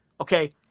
Okay